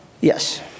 Yes